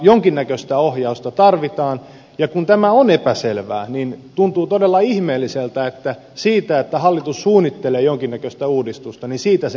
jonkinnäköistä ohjausta tarvitaan ja kun tämä on epäselvää niin tuntuu todella ihmeelliseltä että siitä että hallitus suunnittelee jonkinnäköistä uudistusta se ansaitsisi kaatua